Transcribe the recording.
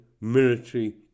military